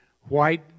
white